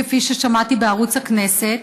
כפי ששמעתי בערוץ הכנסת.